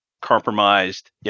compromised